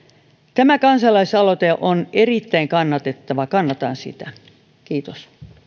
tämä kansalaisaloite on erittäin kannatettava kannatan sitä kiitos